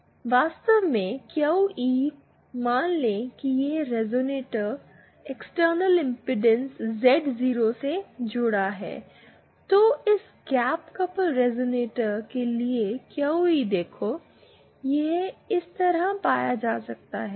QE Z12Z0XcrZ1 rL1Xcr2Z12 वास्तव में Q E मान लें कि यह रेज़ोनेटर एक्सटर्नल इंपेडेंस जेड़ 0 से जुड़ा है तो इस गैप कपल रेज़ोनेटर के लिए क्यू ई देखो यह इस तरह पाया जा सकता है